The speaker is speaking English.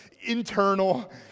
internal